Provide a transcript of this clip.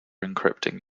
encrypting